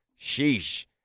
Sheesh